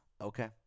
Okay